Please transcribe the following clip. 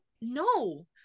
no